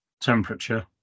temperature